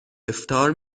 افطار